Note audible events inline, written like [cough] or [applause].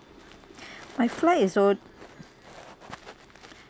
[breath] my flight is so